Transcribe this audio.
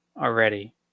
already